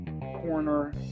corner